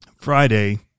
Friday